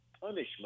punishment